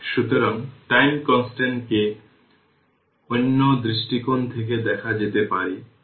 সুতরাং time constant কে অন্য দৃষ্টিকোণ থেকে দেখা যেতে পারে